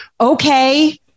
Okay